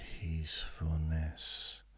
peacefulness